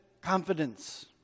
confidence